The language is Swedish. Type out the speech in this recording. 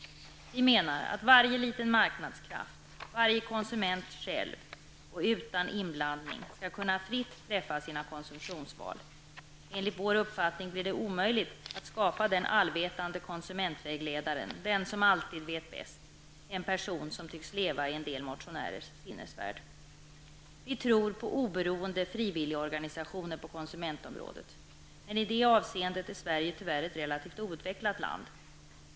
Vi menar att varje liten marknadskraft, varje konsument själv utan inblandning från någon, skall fritt kunna träffa sitt konsumtionsval. Enligt vår uppfattning blir det omöjligt att skapa den allvetande konsumentvägledaren, den som alltid vet bäst, en person tycks leva i en del motionärers sinnevärld. Vi tror på oberoende frivilligorganisationer på konsumentområdet. Men i det avseendet är Sverige tyvärr ett relativt outvecklat land.